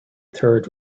third